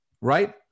Right